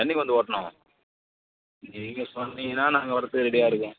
என்னைக்கு வந்து ஓட்டணும் நீங்கள் சொன்னீங்கன்னால் நாங்கள் வரதுக்கு ரெடியாக இருக்கோம்